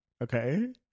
Okay